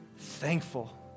Thankful